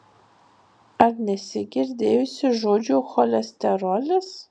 ar nesi girdėjusi žodžio cholesterolis